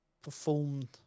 performed